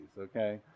okay